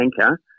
anchor